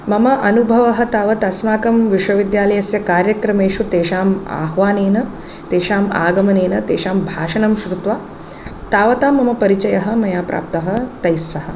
मम अनुभवः तावत् अस्माकं विश्वविद्यालयस्य कार्यक्रमेषु तेषाम् आह्वानेन तेषाम् आगमनेन तेषां भाषणं श्रुत्वा तावता मम परिचयः मया प्राप्तः तैस्सह